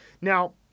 Now